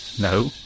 No